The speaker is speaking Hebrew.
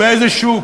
באיזה שוק?